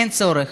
אין צורך.